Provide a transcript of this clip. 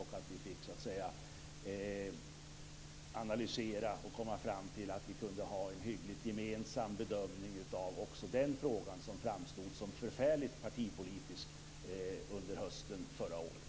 Vi fick analysera och komma fram till att vi kunde ha en hyggligt gemensam bedömning av också den frågan, som framstod som förfärligt partipolitisk under hösten förra året.